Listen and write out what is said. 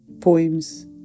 poems